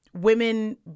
women